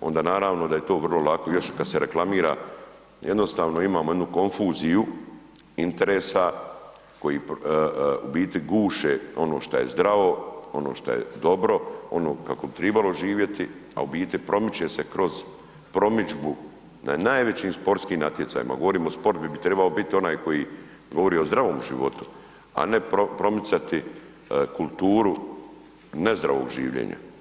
onda naravno da je to vrlo lako, još kad se reklamira jednostavno imamo jednu konfuziju interesa koji u biti guše ono što je zdravo, ono što je dobro, ono kako bi tribalo živjeti, a u biti promiče se kroz promidžbu da je najvećim sportskim natjecanjima govorim o sport gdje bi trebao biti onaj koji govori o zdravom životu, a ne promicati kulturu nezdravog življenja.